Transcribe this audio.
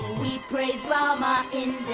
we praise rama in